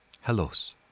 hellos